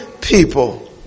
people